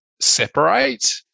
separate